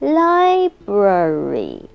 library